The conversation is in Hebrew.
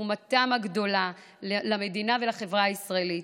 בתרומתם הגדולה למדינה ולחברה הישראלית.